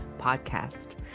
podcast